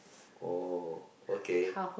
oh okay